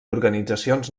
organitzacions